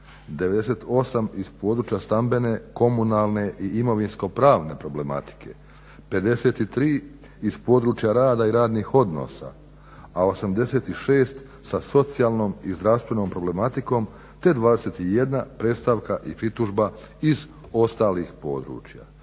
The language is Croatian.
98 iz područja stambene i komunalne i imovinsko-pravne problematike, 53 iz područja rada i radnih odnosa, a 86 sa socijalnom i zdravstvenom problematikom te 21 predstavka i pritužba iz ostalih područja.